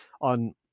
on